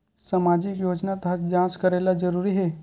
सामजिक योजना तहत जांच करेला जरूरी हे